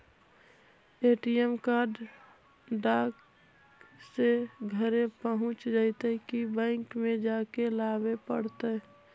ATM card डाक से घरे पहुँच जईतै कि बैंक में जाके लाबे पड़तै?